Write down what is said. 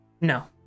No